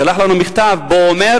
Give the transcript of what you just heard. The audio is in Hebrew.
שלח לנו מכתב שבו הוא אומר